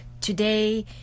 today